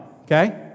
okay